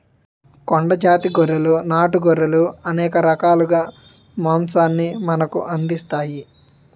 కొండ జాతి గొర్రెలు నాటు గొర్రెలు అనేక రకాలుగా మాంసాన్ని మనకు అందిస్తాయి